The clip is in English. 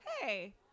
hey